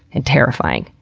and terrifying,